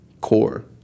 core